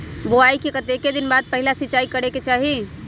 बोआई के कतेक दिन बाद पहिला सिंचाई करे के चाही?